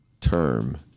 term